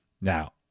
Now